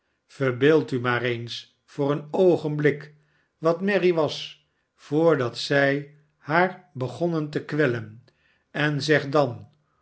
verbeeld u maar eens voor een oogenblik wat mary was voordat zij haar begonnen te kwellen en zeg dan